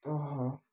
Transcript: ତଃ